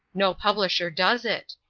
no publisher does it.